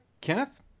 Kenneth